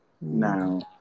now